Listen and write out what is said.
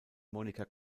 monica